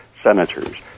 senators